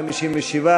57,